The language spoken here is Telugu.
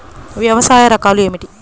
వ్యవసాయ రకాలు ఏమిటి?